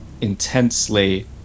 intensely